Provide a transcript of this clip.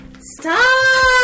stop